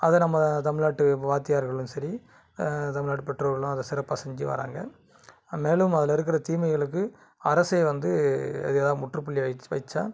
அதை நம்ம தமிழ்நாட்டு வாத்தியார்களும் சரி தமிழ்நாட்டு பெற்றோர்களும் அதை சிறப்பாக செஞ்சி வராங்கள் மேலும் அதில் இருக்கிற தீமைகளுக்கு அரசே வந்து அதுக்கு எதாது முற்று புள்ளி வைச் வைச்சால்